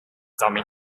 dummy